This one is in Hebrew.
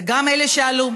זה גם אלה שעלו,